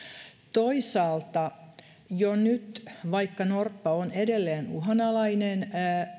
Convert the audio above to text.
toisaalta jo nyt vaikka norppa on edelleen uhanalainen